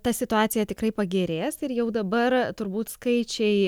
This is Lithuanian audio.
ta situacija tikrai pagerės ir jau dabar turbūt skaičiai